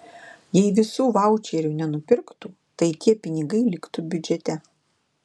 jei visų vaučerių nenupirktų tai tie pinigai liktų biudžete